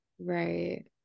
Right